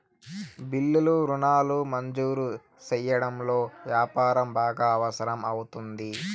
బిల్లులు రుణాలు మంజూరు సెయ్యడంలో యాపారం బాగా అవసరం అవుతుంది